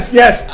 yes